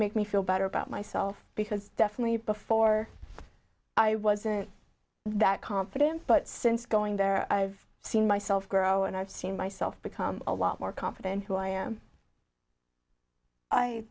make me feel better about myself because definitely before i was that confident but since going there i've seen myself grow and i've seen myself become a lot more confident who i am i